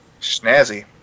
snazzy